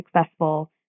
successful